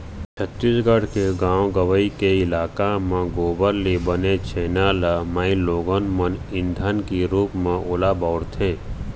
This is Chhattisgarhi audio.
छत्तीसगढ़ के गाँव गंवई के इलाका म गोबर ले बने छेना ल माइलोगन मन ईधन के रुप म ओला बउरथे